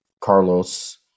Carlos